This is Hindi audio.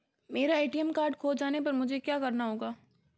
मेरा ए.टी.एम कार्ड खो जाने पर मुझे क्या करना होगा?